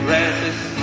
Resist